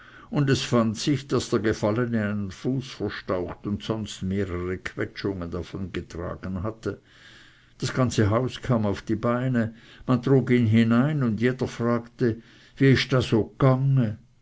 und es fand sich daß der gefallene einen fuß verstaucht und sonst mehrere quetschungen davongetragen hatte das ganze haus kam auf die beine man trug ihn hinein und jeder fragte wie ist das o gange